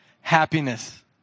happiness